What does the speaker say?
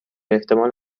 احتمال